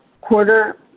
quarter